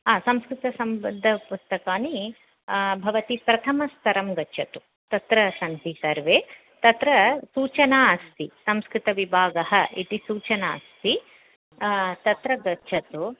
हा संस्कृतसम्बद्ध पुस्तकानि भवती प्रथमस्तरं गच्छतु तत्र सन्ति सर्वे तत्र सूचना अस्ति संस्कृतविभागः इति सूचना अस्ति तत्र गच्छतु